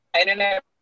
internet